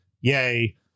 yay